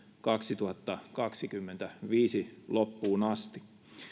kaksituhattakaksikymmentäviisi loppuun asti